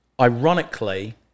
ironically